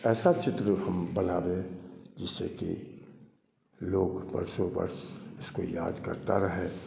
ऐसा चित्र हम बना दें जिससे कि लोग वर्षों वर्ष इसको याद करते रहें